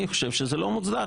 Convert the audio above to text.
אני חושב שזה לא מוצדק,